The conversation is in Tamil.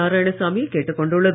நாராயணசாமியை கேட்டுக் கொண்டுள்ளது